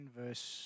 verse